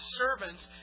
servants